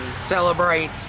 celebrate